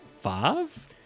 five